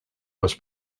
was